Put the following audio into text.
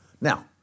Now